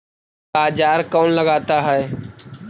बाजार कौन लगाता है?